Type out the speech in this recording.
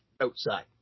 outside